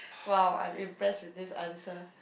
!wow! I'm impressed with this answer